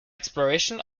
exploration